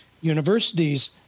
Universities